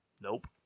Nope